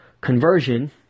conversion